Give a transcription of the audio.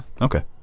okay